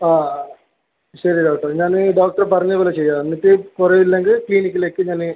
ആ ശരി ഡോക്ടറെ ഞാൻ ഡോക്ടറ് പറഞ്ഞത് പോലെ ചെയ്യാം എന്നിട്ട് കുറവില്ലെങ്കിൽ ക്ളീനിക്കിലേക്ക് ഞാൻ